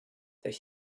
that